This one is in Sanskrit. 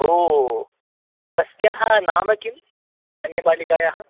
ओ तस्याः नाम किम् अन्या बालिकायाः